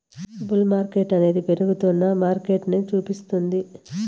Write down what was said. bull మార్కెట్టనేది పెరుగుతున్న మార్కెటని సూపిస్తుంది